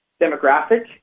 demographic